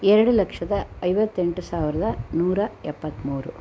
ಎರಡು ಲಕ್ಷದ ಐವತ್ತೆಂಟು ಸಾವಿರದ ನೂರ ಎಪ್ಪತ್ಮೂರು